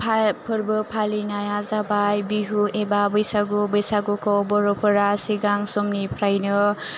फोरबो फालिनाया जाबाय बिहु एबा बैसागु बैसागुखौ बर'फोरा सिगां समनिफ्राइनो